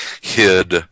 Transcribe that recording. hid